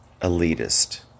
elitist